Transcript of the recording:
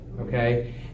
okay